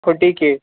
forty K